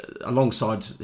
alongside